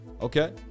Okay